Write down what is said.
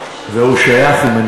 והוא דירקטור ב"חברה לישראל",